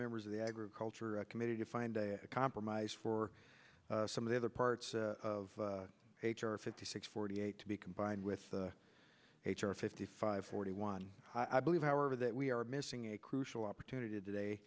members of the agriculture committee to find a compromise for some of the other parts of our fifty six forty eight to be combined with h r fifty five forty one i believe however that we are missing a crucial opportunity today